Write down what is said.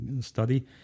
study